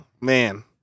man